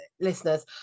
listeners